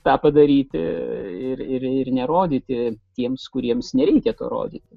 tą padaryti ir ir nerodyti tiems kuriems nereikia rodyti